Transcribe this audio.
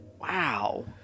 Wow